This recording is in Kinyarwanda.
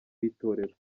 w’itorero